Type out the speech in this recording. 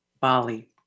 Bali